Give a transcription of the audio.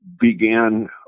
began